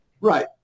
right